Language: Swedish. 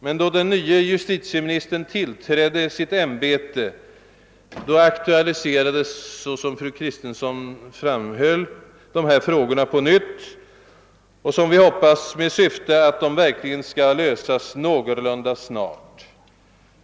Men då den nye justitieministern tillträdde sitt ämbete aktualiserades, så som fru Kristensson framhöll, dessa frågor på nytt och som vi hoppas i syfte att nu få dem lösta.